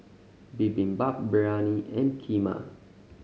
Bibimbap Biryani and Kheema